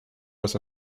was